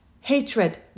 hatred